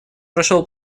прошел